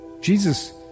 Jesus